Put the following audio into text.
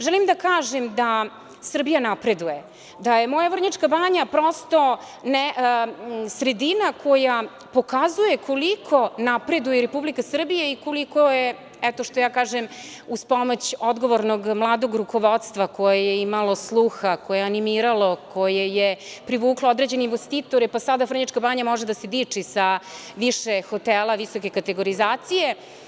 Želim da kažem da Srbija napreduje, da je moja Vrnjačka Banja prosto sredina koja pokazuje koliko napreduje Republika Srbija i koliko je, eto, što ja kažem, uz pomoć odgovornog mladog rukovodstva, koje je imalo sluha, koje je animiralo, koje je privuklo određene investitore, pa sada Vrnjačka Banja može da se diči sa više hotela visoke kategorizacije.